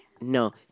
no